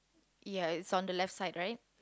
ya it's on the left side right